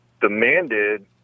demanded